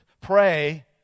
pray